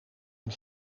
een